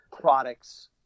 products